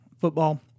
football